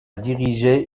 dirigé